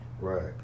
Right